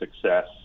success